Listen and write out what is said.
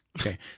Okay